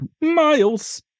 Miles